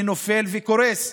שנופל וקורס?